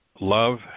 love